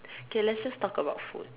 K let's just talk about food